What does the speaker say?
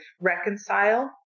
reconcile